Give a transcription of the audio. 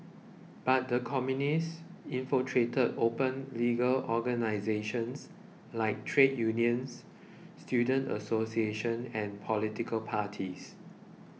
but the Communists infiltrated open legal organisations like trade unions student associations and political parties